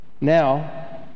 Now